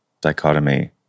dichotomy